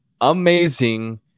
amazing